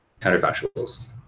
counterfactuals